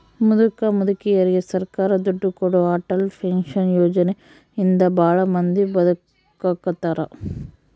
ಮುದುಕ ಮುದುಕೆರಿಗೆ ಸರ್ಕಾರ ದುಡ್ಡು ಕೊಡೋ ಅಟಲ್ ಪೆನ್ಶನ್ ಯೋಜನೆ ಇಂದ ಭಾಳ ಮಂದಿ ಬದುಕಾಕತ್ತಾರ